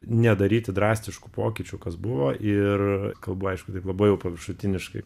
nedaryti drastiškų pokyčių kas buvo ir kalbu aišku taip labai paviršutiniškai